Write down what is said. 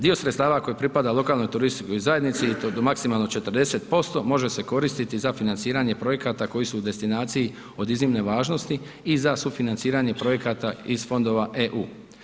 Dio sredstava koje pripada lokalnoj turističkoj zajednici i to do maksimalno 40% može se koristiti za financiranje projekata koji su u destinaciji od iznimne važnosti i za sufinanciranje projekata iz fondova EU.